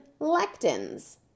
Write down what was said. lectins